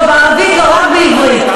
לא, בערבית לא, רק בעברית.